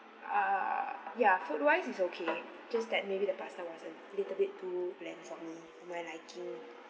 err ya food wise is okay just that maybe the pasta was a little bit too bland for me my liking